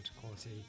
quality